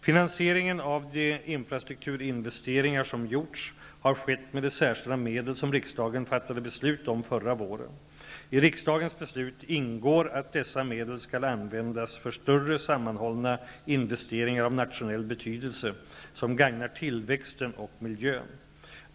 Finansieringen av de infrastrukturinvesteringar som gjorts har skett med de särskilda medel som riksdagen fattade beslut om förra våren. I riksdagens beslut ingår att dessa medel skall användas för större samanhållna investeringar av nationell betydelse som gagnar tillväxten och miljön.